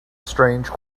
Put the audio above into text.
strange